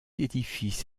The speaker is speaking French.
édifice